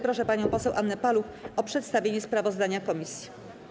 Proszę panią poseł Annę Paluch o przedstawienie sprawozdania komisji.